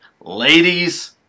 ladies